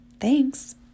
Thanks